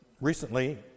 recently